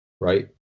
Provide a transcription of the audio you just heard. right